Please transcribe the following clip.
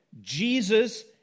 Jesus